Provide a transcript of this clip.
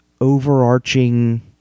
overarching